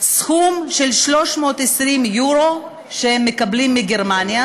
סכום של 320 יורו שהם מקבלים מגרמניה,